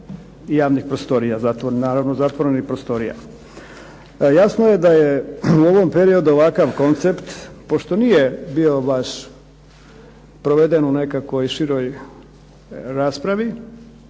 javnih mjesta, naravno zatvorenih prostorija. Jasno je da je u ovom periodu takav koncept pošto nije bio baš proveden u nekakvoj široj raspravi,